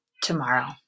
tomorrow